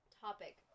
Topic